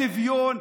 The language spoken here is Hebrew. שוויון,